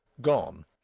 gone